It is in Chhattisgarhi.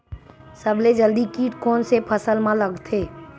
सबले जल्दी कीट कोन से फसल मा लगथे?